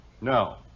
No